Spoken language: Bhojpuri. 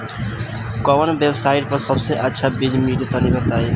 कवन वेबसाइट पर सबसे अच्छा बीज मिली तनि बताई?